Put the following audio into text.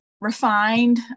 refined